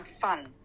fun